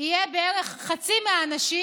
יהיו בערך חצי מהאנשים,